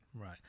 Right